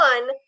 one